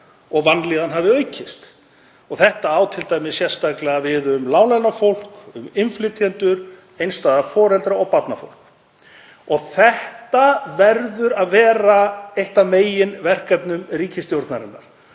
að vanlíðan hafi aukist. Þetta á t.d. sérstaklega við um láglaunafólk, innflytjendur, einstæða foreldra og barnafólk. Þetta verður að vera eitt af meginverkefnum ríkisstjórnarinnar.